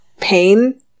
pain